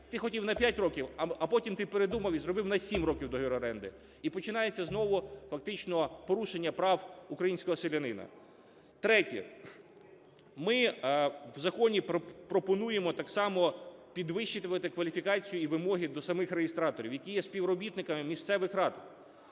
ти хотів на 5 років, а потім ти передумав і зробив на 7 років договір оренди. І починається знову фактично порушення прав українського селянина. Третє. Ми в законі пропонуємо так само підвищувати кваліфікацію і вимоги до самих реєстраторів, які є співробітниками місцевих рад.